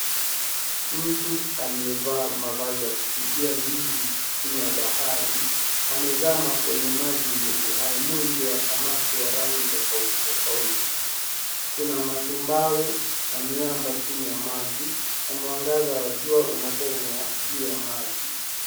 Mtu aliyevaa mavazi ya kupigia mbizi chini ya bahari amezama kwenye maji yenye uhai mwingi wa samaki yenye rangi tofauti tofauti. Kuna matumbawe na miamba chini ya maji na mwangaza wa jua unapenya juu ya maji.